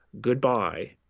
goodbye